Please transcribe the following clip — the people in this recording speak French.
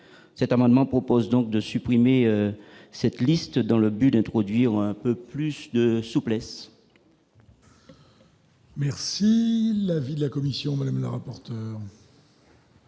cet amendement propose donc de supprimer cette liste dans le but d'introduire un peu plus de souplesse. Merci l'avis de la commission Mallet rapporte.